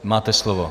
Máte slovo.